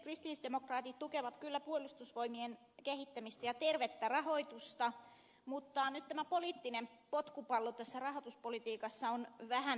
kristillisdemokraatit tukevat kyllä puolustusvoimien kehittämistä ja tervettä rahoitusta mutta nyt tämä poliittinen potkupallo tässä rahoituspolitiikassa on vähän hämmentävää